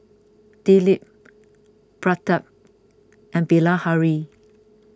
Dilip Pratap and Bilahari